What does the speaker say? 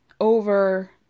over